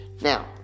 Now